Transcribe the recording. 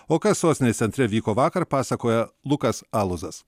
o kas sostinės centre vyko vakar pasakoja lukas aluzas